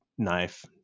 Knife